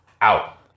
Out